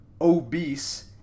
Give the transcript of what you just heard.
obese